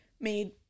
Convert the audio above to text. made